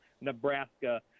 Nebraska